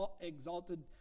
exalted